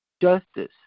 justice